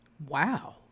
wow